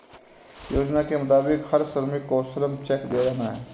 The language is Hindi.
योजना के मुताबिक हर श्रमिक को श्रम चेक दिया जाना हैं